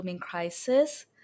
Crisis